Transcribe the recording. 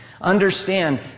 Understand